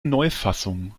neufassung